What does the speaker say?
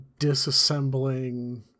disassembling